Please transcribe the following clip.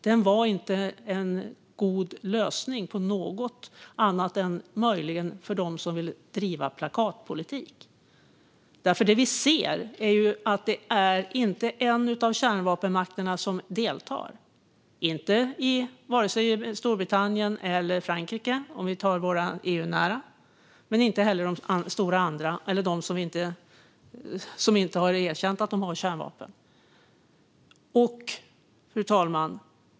Det är inte en god lösning på något annat än möjligen för dem som vill driva plakatpolitik. Det vi ser är att det inte är en enda av kärnvapenmakterna som deltar - vare sig Storbritannien eller Frankrike, om vi tar de EU-nära, men inte heller de andra stora eller de som inte har erkänt att de har kärnvapen. Fru talman!